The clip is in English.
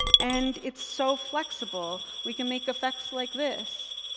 and it's so flexible. we can make effects like this.